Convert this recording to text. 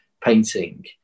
painting